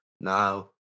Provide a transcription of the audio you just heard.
now